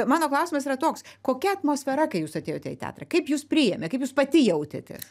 mano klausimas yra toks kokia atmosfera kai jūs atėjote į teatrą kaip jus priėmė kaip jūs pati jautėtės